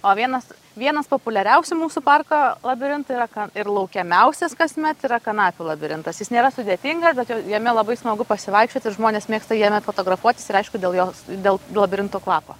o vienas vienas populiariausių mūsų parko labirintų yra ka ir laukiamiausias kasmet yra kanapių labirintas jis nėra sudėtingas bet jo jame labai smagu pasivaikščiot ir žmonės mėgsta jame fotografuotis ir aišku dėl jos dėl labirinto kvapo